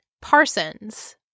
Parsons